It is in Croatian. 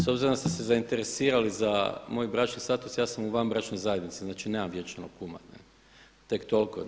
S obzirom da ste se zainteresirali za moj bračni status ja sam u vanbračnoj zajednici, znači nemam vjenčanog kuma, tek toliko.